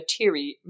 Materi